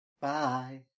bye